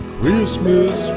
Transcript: Christmas